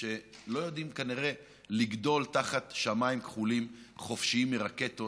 שלא יודעים כנראה לגדול תחת שמיים כחולים חופשיים מרקטות,